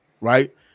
right